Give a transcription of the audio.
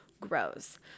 grows